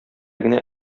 генә